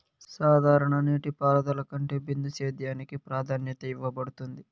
సాధారణ నీటిపారుదల కంటే బిందు సేద్యానికి ప్రాధాన్యత ఇవ్వబడుతుంది